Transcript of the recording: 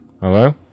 Hello